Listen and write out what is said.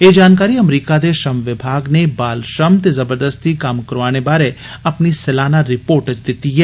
एह जानकारी अमरीका दे श्रम विमाग नै ''बाल श्रम ते जवरदस्ती कम्म करोआने'' बारै अपनी सलाना रिपोर्ट च दित्ती ऐ